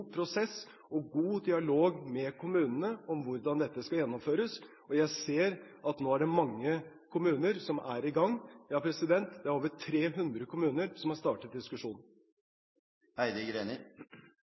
prosess og en god dialog med kommunene om hvordan dette skal gjennomføres. Jeg ser at nå er det mange kommuner som er i gang – det er over 300 kommuner som har startet diskusjonen.